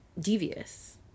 devious